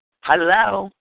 Hello